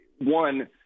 one